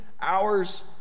hours